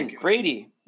Brady